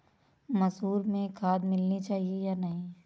मसूर में खाद मिलनी चाहिए या नहीं?